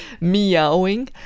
meowing